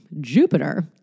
Jupiter